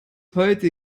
heute